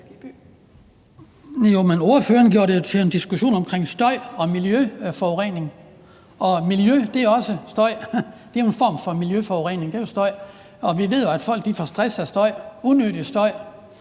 ordføreren gjorde det jo til en diskussion om støj og miljøforurening, og miljø er også støj. Støj er jo en form for miljøforurening. Vi ved, at folk får stress af støj, unødig støj,